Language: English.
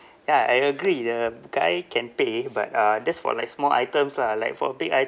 ya I agree the guy can pay but uh that's for like small items lah like for big items